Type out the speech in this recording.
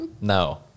No